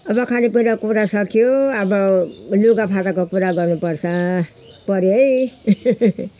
अब खानापिना कुरा सकियो अब लुगाफाटाको कुरा गर्नुपर्छ पर्यो है